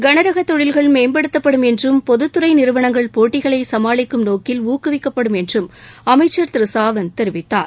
கனரகத் தொழில்கள் மேம்படுத்தப்படும் என்றும் பொதுத் துறை நிறுவனங்கள் போட்டிகளை சமாளிக்கும் நோக்கில் ஊக்குவிக்கப்படும் என்றும் அமைச்சர் திரு சாவந்த் தெரிவித்தார்